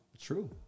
True